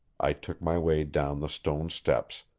i took my way down the stone steps,